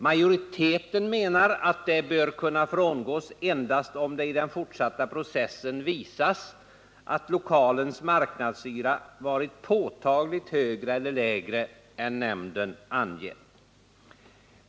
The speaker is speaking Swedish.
Majoriteten menar att det bör kunna frångås endast om det i den fortsatta processen visas att lokalens marknadshyra varit påtagligt högre eller lägre än nämnden angett.